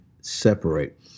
separate